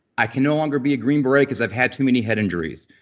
i can no longer be a green beret because i've had too many head injuries.